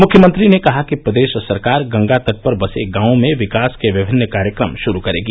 मुख्यमंत्री ने कहा कि प्रदेश सरकार गंगा तट पर बसे गांवों में विकास के विभिन्न कार्यक्रम शुरू करेगी